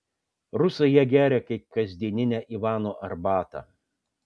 rusai ją geria kaip kasdieninę ivano arbatą